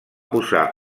posar